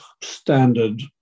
standard